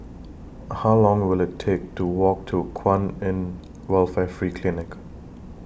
How Long Will IT Take to Walk to Kwan in Welfare Free Clinic